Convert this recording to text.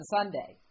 Sunday